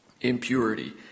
impurity